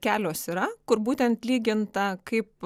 kelios yra kur būtent lyginta kaip